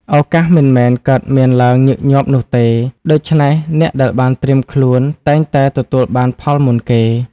ឱកាសមិនមែនកើតមានឡើងញឹកញាប់នោះទេ ដូច្នេះអ្នកដែលបានត្រៀមខ្លួនតែងតែទទួលបានផលមុនគេ។